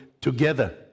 together